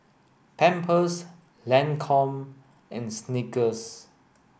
Pampers Lancome and Snickers